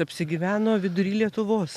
apsigyveno vidury lietuvos